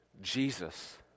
Jesus